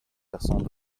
versant